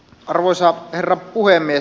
arvoisa herra puhemies